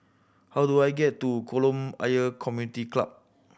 how do I get to Kolam Ayer Community Club